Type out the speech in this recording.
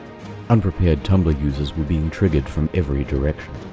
unprepared tumblr users were being triggered from every direction.